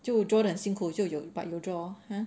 就 draw 得很辛苦就有 but 有 draw